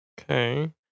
Okay